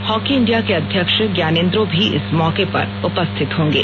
hockey India के अध्यक्ष ज्ञानेंद्रो भी इस मौके पर उपस्थित होंगे